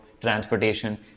Transportation